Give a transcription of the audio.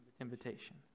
invitation